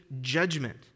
judgment